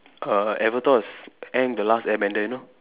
uh avatar was Aang the last airbender you know